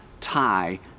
tie